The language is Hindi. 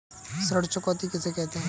ऋण चुकौती किसे कहते हैं?